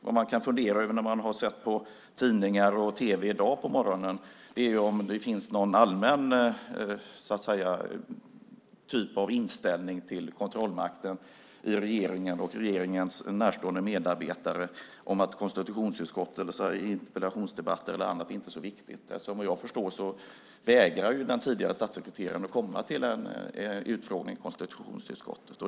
Vad man kan fundera över när man har sett i tidningar och tv i dag på morgonen är om det finns någon allmän typ av inställning till kontrollmakten i regeringen och regeringens närstående medarbetare om att konstitutionsutskottet, interpellationsdebatter eller annat inte är så viktigt. Vad jag förstår vägrar ju den tidigare statssekreteraren att komma till en utfrågning i konstitutionsutskottet.